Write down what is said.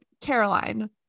Caroline